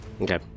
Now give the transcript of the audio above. Okay